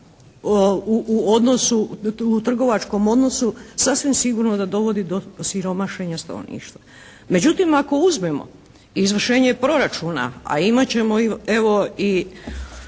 u trgovačkom odnosu sasvim sigurno da dovodi do siromašenja stanovništva. Međutim, ako uzmemo izvršenje proračuna, a imat ćemo evo i